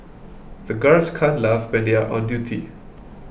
the guards can't laugh when they are on duty